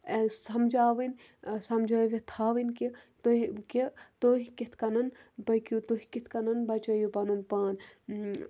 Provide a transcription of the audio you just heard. as سَمجھاوٕنۍ سَمجھٲوِتھ تھاوٕنۍ کہِ تُہۍ کہِ تُہۍ کِتھ کَنَن پٔکِو تُہۍ کِتھ کَنَن بَچٲیِو پَنُن پان